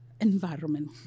Environment